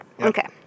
Okay